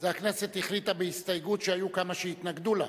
את זה הכנסת החליטה בהסתייגות שהיו כמה שהתנגדו לה.